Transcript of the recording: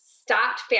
stopped